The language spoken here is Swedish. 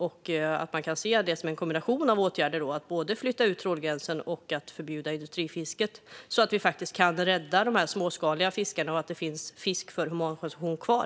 Kan man då se det som en kombination av åtgärder - att både flytta ut trålgränsen och förbjuda industrifisket - så att vi faktiskt kan rädda de småskaliga fiskarna och så att det finns fisk för humankonsumtion kvar?